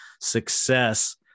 success